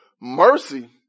mercy